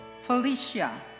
Felicia